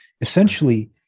essentially